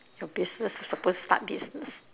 your business is the first start business